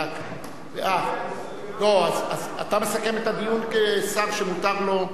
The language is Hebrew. אתה מסכם את הדיון כשר שמותר לו,